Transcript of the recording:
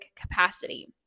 capacity